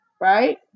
right